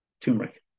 Turmeric